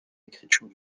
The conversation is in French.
écriture